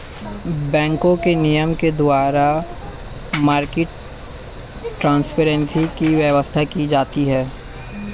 बैंकों के नियम के द्वारा मार्केट ट्रांसपेरेंसी की व्यवस्था की जाती है